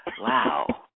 wow